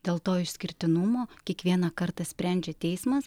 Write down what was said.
dėl to išskirtinumo kiekvieną kartą sprendžia teismas